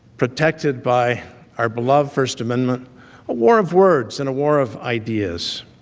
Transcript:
protected by our beloved first amendment a war of words and a war of ideas.